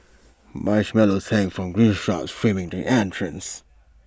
marshmallows hang from green shrubs framing the entrance